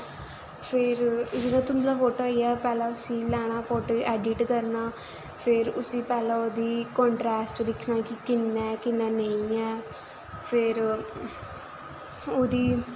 जि'यां धुंधला आई जा फोटो पैह्लैं उस्सी लैना फोटो गी ऐडिट करना फिर पैह्लैं ओह्दी कंट्रैस्ट दिक्खना कि किन्ना ऐ किन्ना नेईं फिर ओह्दी